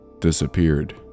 disappeared